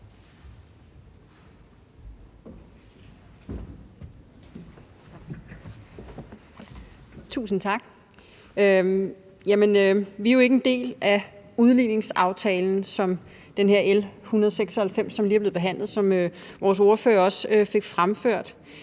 Tusind tak. Jamen vi er jo ikke en del af udligningsaftalen – det her L 196, som lige er blevet behandlet – som vores ordfører også fik fremført,